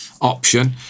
option